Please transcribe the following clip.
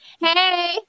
Hey